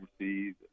overseas